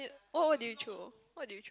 what what did you throw what did you